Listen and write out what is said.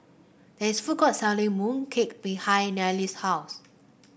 there is food court selling mooncake behind Nayely's house